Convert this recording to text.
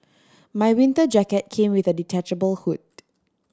my winter jacket came with a detachable hood